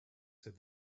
said